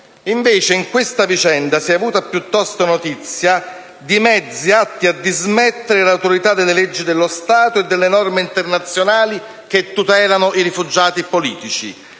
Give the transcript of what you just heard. Invece, in questa vicenda si è avuta piuttosto notizia di mezzi atti a dismettere l'autorità delle leggi dello Stato e delle norme internazionali che tutelano i rifugiati politici,